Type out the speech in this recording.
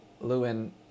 lewin